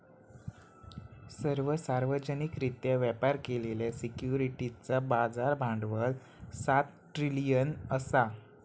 सर्व सार्वजनिकरित्या व्यापार केलेल्या सिक्युरिटीजचा बाजार भांडवल सात ट्रिलियन असा